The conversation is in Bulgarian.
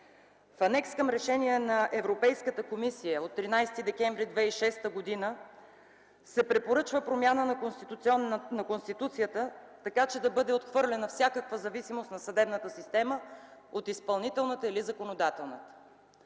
в анекс към Решение на Европейската комисия от 13 декември 2006 г. се препоръчва промяна на Конституцията, така че да бъде отхвърлена всякаква зависимост на съдебната система от изпълнителната или законодателната.